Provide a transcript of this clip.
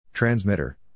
Transmitter